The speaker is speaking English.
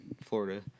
Florida